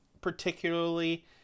particularly